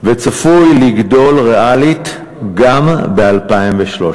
וצפוי לגדול ריאלית גם ב-2013.